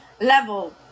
level